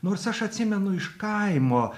nors aš atsimenu iš kaimo